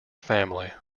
family